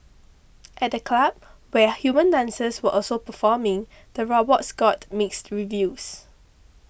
at the club where human dancers were also performing the robots got mixed reviews